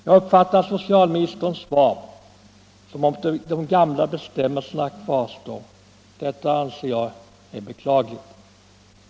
Jag uppfattar socialministerns svar så, att de gamla bestämmelserna kvarstår. Detta anser jag vara beklagligt.